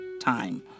time